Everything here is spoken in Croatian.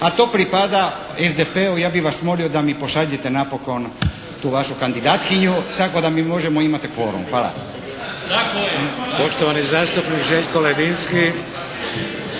a to pripada SDP-u, ja bih vas molio da mi pošaljete napokon tu vašu kandidatkinju tako da mi možemo imati kvorum. Hvala.